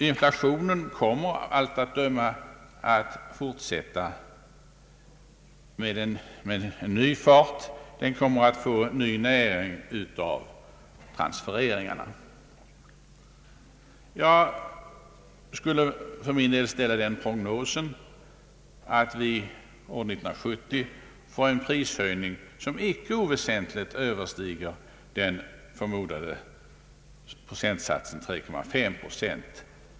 Inflationen kommer av allt att döma att fortsätta med ny fart. Den kommer att få ny näring av transfereringarna. Jag skulle för min del ställa den prognosen att vi år 1970 får en prishöjning som icke oväsentligt överstiger den förmodade procentsatsen 3,9.